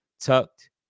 tucked